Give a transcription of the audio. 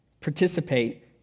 participate